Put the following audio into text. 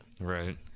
Right